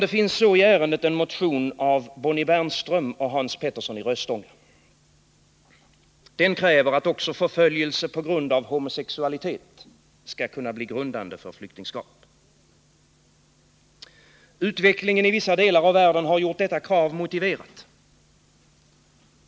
Det finns i ärendet en motion av Bonnie Bernström och Hans Petersson i Röstånga, i vilken krävs att också förföljelse på grund av homosexualitet skall kunna bli grundande för flyktingskap. Utvecklingen i vissa delar av världen har gjort detta krav motiverat.